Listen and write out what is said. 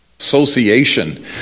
Association